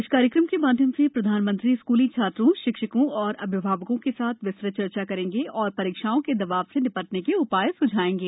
इस कार्यक्रम के माध्यम से प्रधानमंत्री स्कूली छात्रों शिक्षकों और अभिभावकों के साथ विस्तृत चर्चा करेंगे और रीक्षाओं के दबाव से नि टने के उ ाय सुझाएंगे